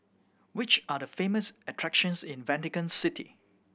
which are the famous attractions in Vatican City